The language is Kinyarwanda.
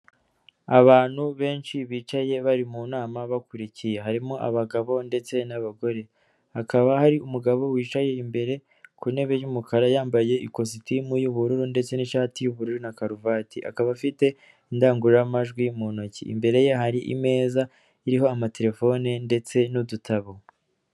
Abantu benshi bicaye bari mu nama bakurikiye. Harimo abagabo ndetse n'abagore. Hakaba hari umugabo wicaye imbere ku ntebe y'umukara yambaye ikositimu y'ubururu ndetse n'ishati y'ubururu na karuvati. Akaba afite indangururamajwi mu ntoki. Imbere ye hari imeza iriho amatelefone ndetse n'dutabo.